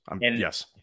yes